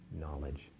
knowledge